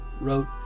wrote